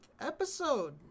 episode